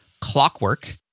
Clockwork